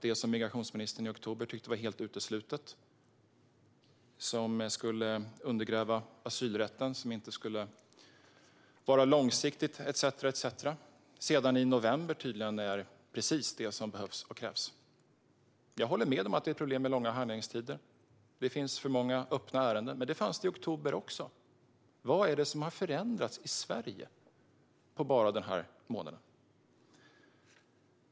Det som migrationsministern i oktober tyckte var helt uteslutet och skulle undergräva asylrätten, inte vara långsiktigt etcetera är sedan i november tydligen precis det som behövs och krävs. Jag håller med om att det är ett problem med långa handläggningstider. Det finns för många öppna ärenden, men det fanns det i oktober också. Vad är det som har förändrats i Sverige bara på en månad?